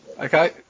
Okay